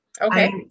Okay